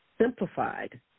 simplified